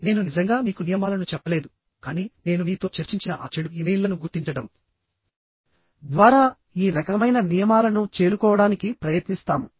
నేను నిజంగా మీకు నియమాలను చెప్పలేదు కానీ నేను మీతో చర్చించిన ఆ చెడు ఇమెయిల్లను గుర్తించడం ద్వారా ఈ రకమైన నియమాలను చేరుకోవడానికి ప్రయత్నిస్తాము